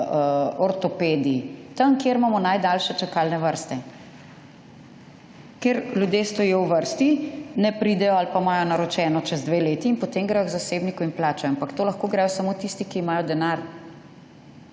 ortopedi, tam kjer imamo najdaljše čakalne vrste, kjer ljudje stojijo v vrsti, ne pridejo ali pa imajo naročeno čez dve leti in potem gredo k zasebniku in plačajo. Ampak to lahko gredo samo tisti, ki imajo denar.